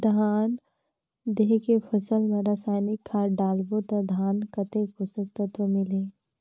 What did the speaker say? धान देंके फसल मा रसायनिक खाद डालबो ता धान कतेक पोषक तत्व मिलही?